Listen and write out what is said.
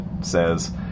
says